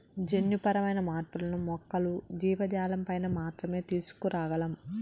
జన్యుపరమైన మార్పులను మొక్కలు, జీవజాలంపైన మాత్రమే తీసుకురాగలం